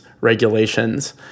regulations